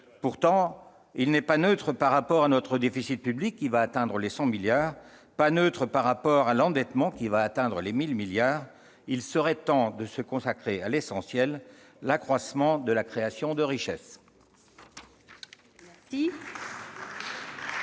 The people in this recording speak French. Pourtant, il n'est pas neutre par rapport à notre déficit public, qui atteindra les 100 milliards d'euros, et à notre endettement, qui atteindra 1 000 milliards d'euros. Il serait temps de se consacrer à l'essentiel, l'accroissement de la création de richesses.